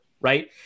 right